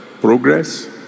progress